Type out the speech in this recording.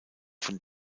von